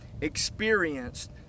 experienced